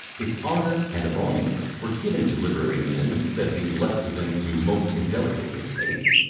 if honour and emolument were given to literary men instead of being left to them to most indelicately take,